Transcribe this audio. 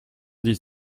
dix